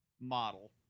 model